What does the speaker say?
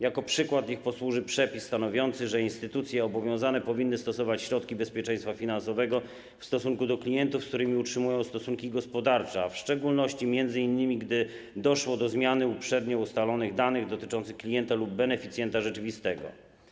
Jako przykład niech posłuży przepis stanowiący, że instytucje obowiązane powinny stosować środki bezpieczeństwa finansowego w stosunku do klientów, z którymi utrzymują stosunki gospodarcze, a w szczególności m.in. gdy doszło do zmiany uprzednio ustalonych danych dotyczących klienta lub beneficjenta rzeczywistego.